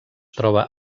troba